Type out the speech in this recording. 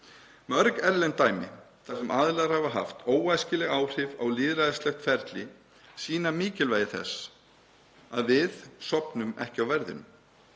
Mörg erlend dæmi þar sem aðilar hafa haft óæskileg áhrif á lýðræðislegt ferli sýna mikilvægi þess að við sofnum ekki á verðinum.